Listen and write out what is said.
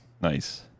Nice